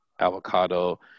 avocado